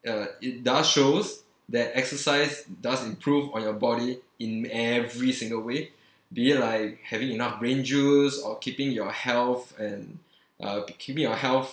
uh it does shows that exercise does improve on your body in every single way be it like having enough brain juice or keeping your health and uh keeping your health